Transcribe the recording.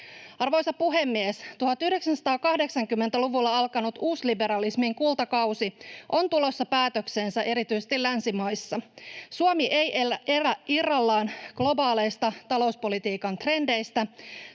Arvoisa puhemies! 1980-luvulla alkanut uusliberalismin kultakausi on tulossa päätökseensä erityisesti länsimaissa. Suomi ei elä irrallaan globaaleista talouspolitiikan trendeistä.